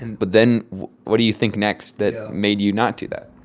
and but then what do you think next that made you not do that?